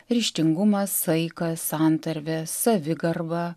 ryžtingumas saikas santarvė savigarba